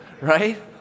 right